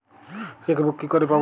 Chequebook কি করে পাবো?